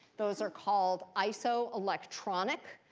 those are called isoelectronic,